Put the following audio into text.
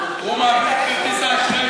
שכחתי שזה כלל, גם אם זה לא רשום.